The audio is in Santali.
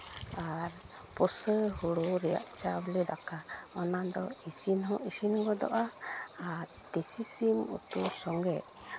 ᱟᱨ ᱯᱩᱥᱟᱹ ᱦᱩᱲᱩ ᱨᱮᱭᱟᱜ ᱪᱟᱣᱞᱮ ᱫᱟᱠᱟ ᱚᱱᱟᱫᱚ ᱤᱥᱤᱱ ᱦᱚᱸ ᱤᱥᱤᱱ ᱜᱚᱫᱚᱜᱼᱟ ᱟᱨ ᱫᱮᱥᱤ ᱥᱤᱢ ᱩᱛᱩ ᱥᱚᱸᱜᱮ